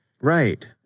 Right